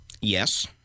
Yes